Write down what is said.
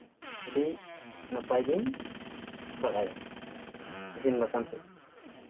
ᱟᱹᱰᱤ ᱱᱟᱯᱟᱭ ᱜᱤᱧ ᱵᱟᱲᱟᱭᱟ ᱤᱥᱤᱱ ᱵᱟᱥᱟᱝ ᱥᱮᱫ